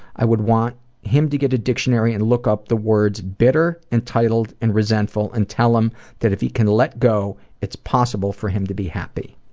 i would want him to get a dictionary and look up the words, bitter, entitled, and resentful, and tell him that if he can let go, it's possible for him to be happy.